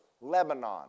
Lebanon